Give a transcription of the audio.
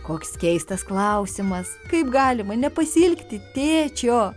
koks keistas klausimas kaip galima nepasiilgti tėčio